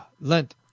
Lent